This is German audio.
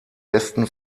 westen